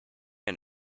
and